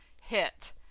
hit